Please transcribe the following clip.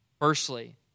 Firstly